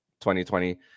2020